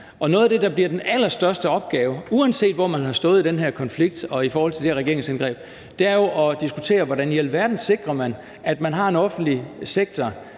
Det, der bliver en af de allerstørste opgaver, uanset hvor man har stået i den her konflikt og i forhold til det her regeringsindgreb, er jo at diskutere, hvordan i alverden man i forhold til den offentlige sektor